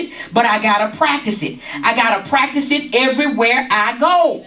it but i've got to practice it i gotta practice it everywhere i go